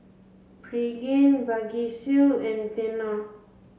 Pregain Vagisil and Tena